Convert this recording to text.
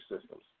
systems